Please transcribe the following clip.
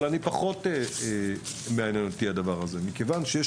אבל פחות מעניין אותי הדבר הזה מכיוון שיש